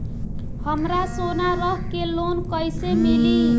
हमरा सोना रख के लोन कईसे मिली?